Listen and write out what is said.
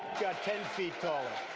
got ten feet taller.